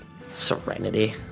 Serenity